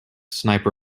sniper